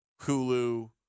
Hulu